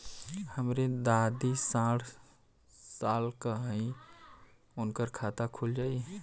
हमरे दादी साढ़ साल क हइ त उनकर खाता खुल जाई?